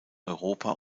europa